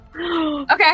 Okay